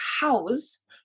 house